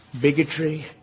bigotry